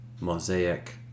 mosaic